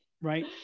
Right